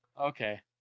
Okay